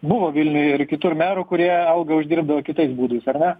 buvo vilniuj ir kitur merų kurie algą uždirbdavo kitais būdais ar ne